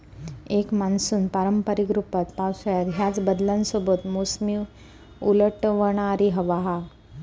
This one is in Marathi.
एक मान्सून पारंपारिक रूपात पावसाळ्यात ह्याच बदलांसोबत मोसमी उलटवणारी हवा हा